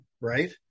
right